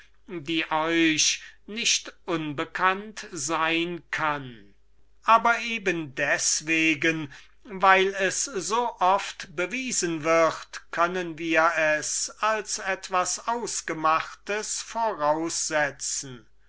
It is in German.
die euch nicht unbekannt sein kann aber eben deswegen weil es so oft bewiesen wird können wir es als etwas ausgemachtes voraussetzen